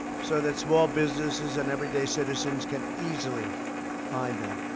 so that small businesses and everyday citizens can easily find them.